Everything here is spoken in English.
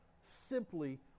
simply